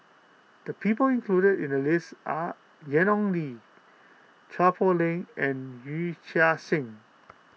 the people included in the list are Ian Ong Li Chua Poh Leng and Yee Chia Hsing